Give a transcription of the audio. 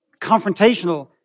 confrontational